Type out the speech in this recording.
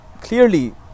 Clearly